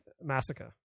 massacre